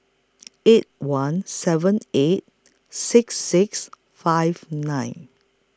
eight one seven eight six six five nine